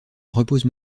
repose